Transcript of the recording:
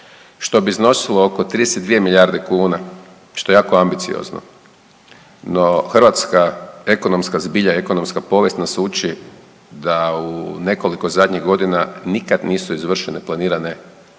Što bi iznosilo oko 32 milijarde kuna, što je jako ambiciozno. No, hrvatska ekonomska zbilja i ekonomska povijest nas uči da u nekoliko zadnjih godina nikad nisu izvršene planirane